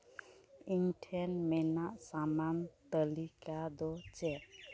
ᱤᱧ ᱴᱷᱮᱱ ᱢᱮᱱᱟᱜ ᱥᱟᱢᱟᱱ ᱛᱟᱹᱞᱤᱠᱟ ᱫᱚ ᱪᱮᱫ